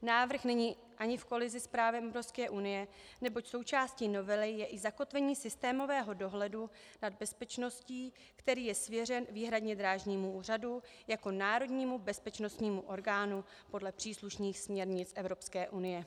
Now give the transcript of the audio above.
Návrh není ani v kolizi s právem Evropské unie, neboť součástí novely je i zakotvení systémového dohledu nad bezpečností, který je svěřen výhradně Drážnímu úřadu jako národnímu bezpečnostního orgánu podle příslušných směrnic Evropské unie.